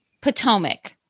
Potomac